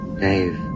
Dave